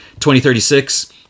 2036